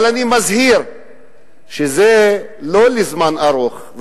אבל אני מזהיר שזה לא לזמן ארוך.